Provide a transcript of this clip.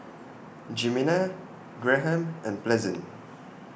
Jimena Graham and Pleasant